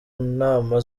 nama